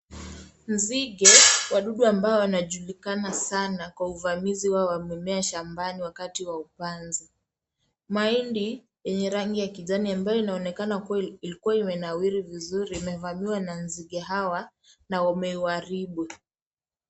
Nzige , wadudu ambao wanajulikana sana kwa uvamizi wao wa mimea shambani, wakati wa upanzi. Mahindi yenye rangi ya kijani ambayo inaonekana kuwa, ilikua imenawiri vizuri imevamiwa na nzige hawa na wameharibu.